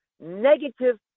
negative